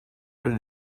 did